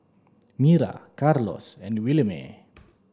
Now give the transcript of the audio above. Myra Carlos and Williemae